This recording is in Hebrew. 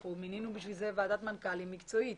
אנחנו מינינו בשביל זה ועדת מנכ"לים מקצועית